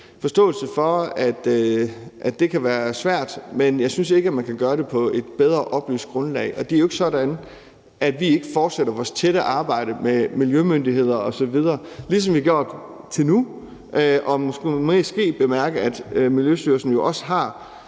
forståelse for, at det kan være svært, men jeg synes ikke, man kan gøre det på et bedre oplyst grundlag. Det er jo ikke sådan, at vi ikke fortsætter vores tætte arbejde med miljømyndigheder osv., ligesom vi har gjort indtil nu. Man skal måske bemærke, at Miljøstyrelsen også har